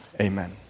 Amen